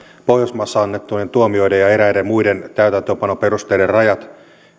pohjoismaissa annettujen tuomioiden ja eräiden muiden täytäntöönpanon perusteiden rajat